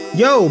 yo